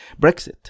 Brexit